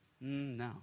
No